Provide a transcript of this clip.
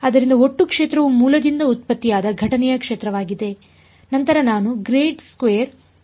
ಆದ್ದರಿಂದ ಒಟ್ಟು ಕ್ಷೇತ್ರವು ಮೂಲದಿಂದ ಉತ್ಪತ್ತಿಯಾದ ಘಟನೆಯ ಕ್ಷೇತ್ರವಾಗಿದೆ ನಂತರ ನಾನು ಅನ್ನು ಬರೆಯುತ್ತೇನೆ